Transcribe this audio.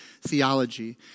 theology